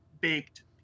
baked